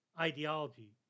ideology